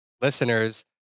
listeners